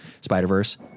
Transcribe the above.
Spider-Verse